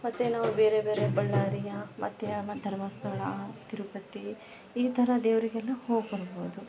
ಮತ್ತು ನಾವು ಬೇರೆ ಬೇರೆ ಬಳ್ಳಾರಿಗೆ ಮತ್ತು ಆಮೇಲೆ ಧರ್ಮಸ್ಥಳ ತಿರುಪತಿ ಈ ಥರ ದೇವರಿಗೆಲ್ಲ ಹೋಗ್ಬರ್ಬೋದು